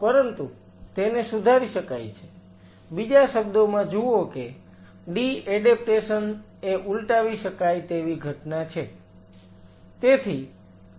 પરંતુ તેને સુધારી શકાય છે બીજા શબ્દોમાં જુઓ કે ડી એડેપ્ટેશન એ ઉલટાવી શકાય તેવી ઘટના છે